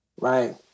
Right